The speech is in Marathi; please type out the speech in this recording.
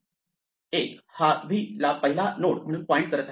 1 हा v ला पहिला नोड म्हणून पॉईंट करत आहे